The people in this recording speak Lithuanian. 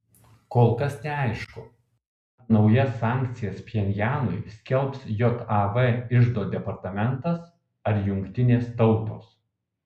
kol kas neaišku ar naujas sankcijas pchenjanui skelbs jav iždo departamentas ar jungtinės tautos